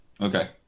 okay